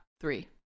three